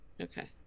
okay